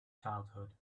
childhood